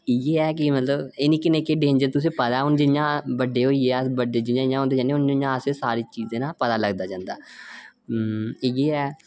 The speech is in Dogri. ते इ'यै कि एह् निक्के निक्के डेंजर तुसेंगी पता केह् अस बड्डे होंदे जन्ने उ'आं उ'आं असेंगी इ'नें चीज़ें दा पता लगदा जंदा अ इ'यै